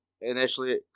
initially